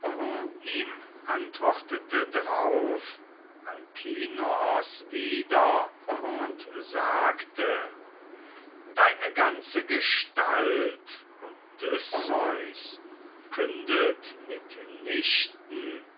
ihm antwortete drauf alkinoos wieder und sagte deine ganze gestalt odysseus kündet mitnichten